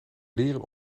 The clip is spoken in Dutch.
leren